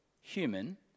human